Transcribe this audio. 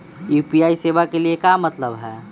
UPI सेवा के का मतलब है?